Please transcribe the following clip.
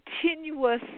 continuous